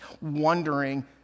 wondering